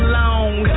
long